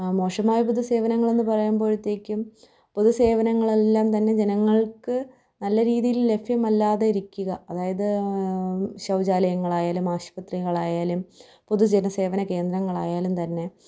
മോശമായ പൊതു സേവനങ്ങളെന്ന് പറയുമ്പോഴത്തേക്കും പൊതുസേവനങ്ങളെല്ലാം തന്നെ ജനങ്ങൾക്ക് നല്ല രീതിയിൽ ലഭ്യമല്ലാതെ ഇരിക്കുക അതായത് ശൗചാലയങ്ങളായാലും ആശുപത്രികളായാലും പൊതുജനസേവന കേന്ദ്രങ്ങളായാലും തന്നെ